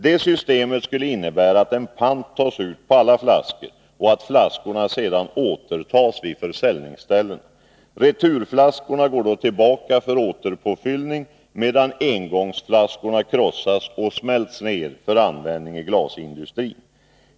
Det systemet skulle innebära att en pant tas ut på alla flaskor och att flaskorna sedan återtas vid försäljningsställena. Returflaskorna går då tillbaka för återpåfyllning, medan engångsflaskorna krossas och smälts ned för återanvändning i glasindustrin.